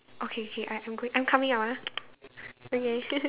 okay okay I'm I'm coming out ah okay